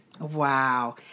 Wow